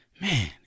Man